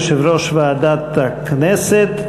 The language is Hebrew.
יושב-ראש ועדת הכנסת,